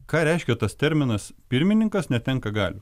ką reiškia tas terminas pirmininkas netenka galių